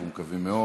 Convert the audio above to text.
אנחנו מקווים מאוד.